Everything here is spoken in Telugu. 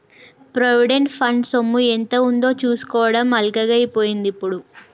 ప్రొవిడెంట్ ఫండ్ సొమ్ము ఎంత ఉందో చూసుకోవడం అల్కగై పోయిందిప్పుడు